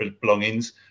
belongings